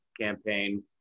campaign